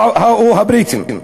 או הבריטים,